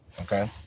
Okay